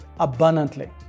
abundantly